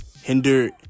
hinder